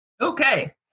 Okay